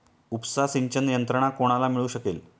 उपसा सिंचन यंत्रणा कोणाला मिळू शकेल?